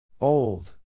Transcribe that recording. Old